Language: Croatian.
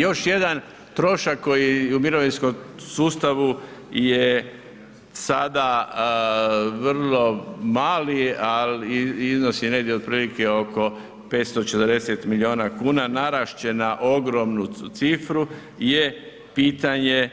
Još jedan trošak koji u mirovinskom sustavu je sada vrlo mali, a iznosi negdje otprilike oko 540 milijuna kuna, narast će na ogromnu cifru je pitanje